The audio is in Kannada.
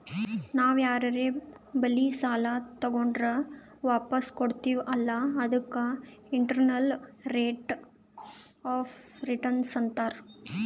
ನಾವ್ ಯಾರರೆ ಬಲ್ಲಿ ಸಾಲಾ ತಗೊಂಡುರ್ ವಾಪಸ್ ಕೊಡ್ತಿವ್ ಅಲ್ಲಾ ಅದಕ್ಕ ಇಂಟರ್ನಲ್ ರೇಟ್ ಆಫ್ ರಿಟರ್ನ್ ಅಂತಾರ್